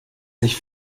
sich